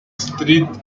street